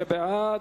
28 בעד,